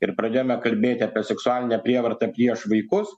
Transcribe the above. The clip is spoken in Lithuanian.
ir pradėjome kalbėti apie seksualinę prievartą prieš vaikus